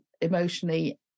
emotionally